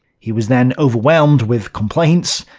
he was then overwhelmed with complaints.